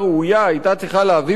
היתה צריכה להביא בפנינו,